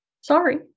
sorry